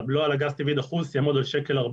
הבלו על הגז הטבעי דחוס יעמוד על 1.40